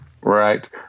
Right